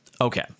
Okay